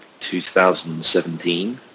2017